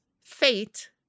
fate